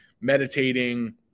meditating